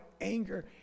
anger